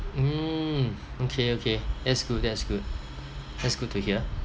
mm okay okay that's good that's good that's good to hear